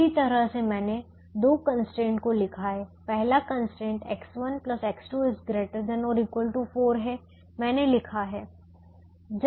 इसी तरह से मैंने दो कंस्ट्रेंट को लिखा है पहला कंस्ट्रेंट X1X2 ≥ 4 है मैंने लिखा है